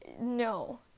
no